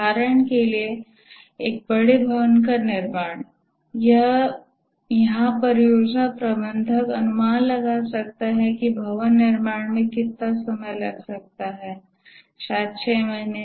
उदाहरण के लिए एक बड़े भवन का निर्माण यहाँ परियोजना प्रबंधक अनुमान लगा सकता है कि भवन के निर्माण में कितना समय लग सकता है शायद ६ महीने